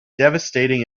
devastating